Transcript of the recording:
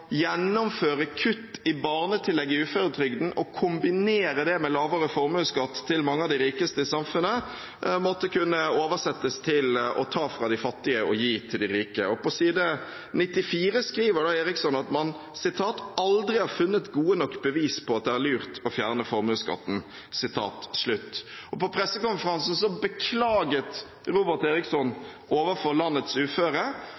gjennomføre kutt i barnetillegget i uføretrygden og kombinere det med lavere formuesskatt til mange av de rikeste i samfunnet måtte kunne oversettes til å ta fra de fattige og gi til de rike. På side 94 skriver Eriksson at man aldri har funnet «gode nok bevis på at det er lurt å fjerne» formuesskatten, og på pressekonferansen beklaget Robert Eriksson overfor landets uføre